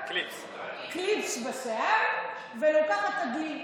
קליפס בשיער ולוקחת את הדלי.